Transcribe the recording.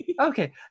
okay